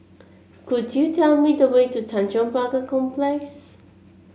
could you tell me the way to Tanjong Pagar Complex